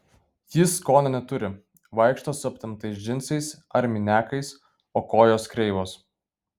ji skonio neturi vaikšto su aptemptais džinsais ar miniakais o kojos kreivos